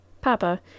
Papa